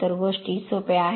तर गोष्टी सोप्या आहेत